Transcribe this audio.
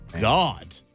God